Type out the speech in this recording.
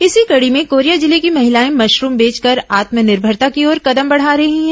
इसी कड़ी में कोरिया जिले की महिलाएं मशरूम बेचकर आत्मनिर्भरता की ओर कदम बढ़ा रही हैं